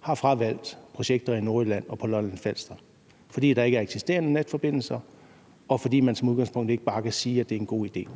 har fravalgt projekter i Nordjylland og på Lolland-Falster, fordi der ikke er eksisterende netforbindelser, og fordi man som udgangspunkt ikke bare kan sige, det er en god idé?